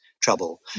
trouble